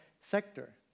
sector